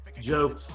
Joe